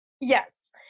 Yes